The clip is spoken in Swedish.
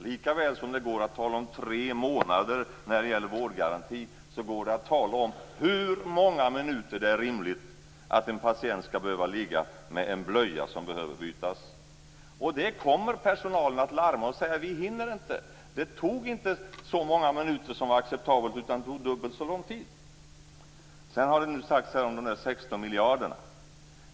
Lika väl som det går att tala om tre månader när det gäller vårdgarantin, går det att tala om hur många minuter det är rimligt att en patient skall behöva ligga med en blöja som behöver bytas. Visst kommer personalen att larma och säga: Vi hinner inte. Det tog inte så många minuter som är acceptabelt, utan det tog dubbelt så lång tid. Sedan har de talats om de där 16 miljarderna.